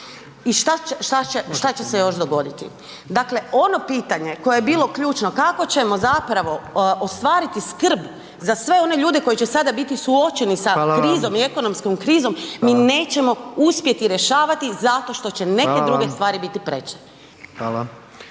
I šta će se još dogoditi? Dakle, ono pitanje koje je bilo ključno kako ćemo zapravo ostvariti skrb za sve one ljude koji će sada biti suočeni sa krizom i ekonomskom krizom, mi nećemo uspjeti rješavati zato što će neke druge stvari biti preče.